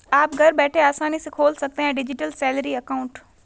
आप घर बैठे आसानी से खोल सकते हैं डिजिटल सैलरी अकाउंट